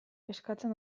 eskatzen